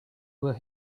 were